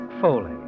Foley